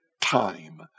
time